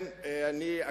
אדוני, בבקשה.